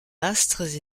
astres